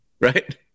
right